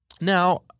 Now